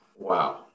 Wow